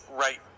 right